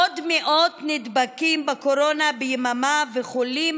עוד מאות נדבקים בקורונה ביממה וחולים